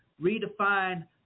redefine